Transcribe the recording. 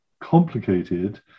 complicated